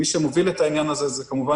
מי שמוביל את העניין הזה הוא כמובן